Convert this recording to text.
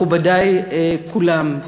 מכובדי כולם,